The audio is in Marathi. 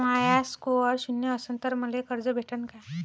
माया स्कोर शून्य असन तर मले कर्ज भेटन का?